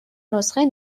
نسخه